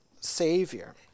Savior